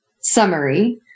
summary